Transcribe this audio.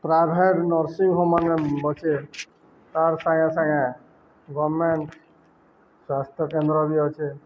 private nursing home ଅଛେ ତାର୍ ସାଙ୍ଗେ ସାଙ୍ଗେ ଗଭର୍ନମେଣ୍ଟ ସ୍ୱାସ୍ଥ୍ୟକେନ୍ଦ୍ର ବି ଅଛେ